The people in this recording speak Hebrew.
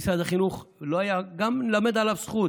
משרד החינוך לא, גם אם נלמד עליו זכות,